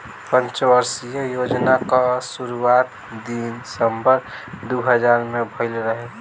पंचवर्षीय योजना कअ शुरुआत दिसंबर दू हज़ार में भइल रहे